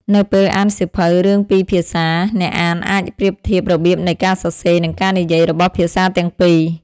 នៅពេលអានសៀវភៅរឿងពីរភាសា អ្នកអានអាចប្រៀបធៀបរបៀបនៃការសរសេរ និងការនិយាយរបស់ភាសាទាំងពីរ។